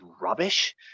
rubbish